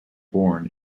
born